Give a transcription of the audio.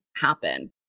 happen